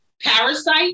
Parasite